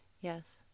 Yes